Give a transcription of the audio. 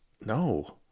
No